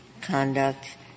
conduct